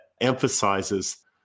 emphasizes